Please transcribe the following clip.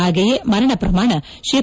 ಹಾಗೆಯೇ ಮರಣ ಪ್ರಮಾಣ ಶೇ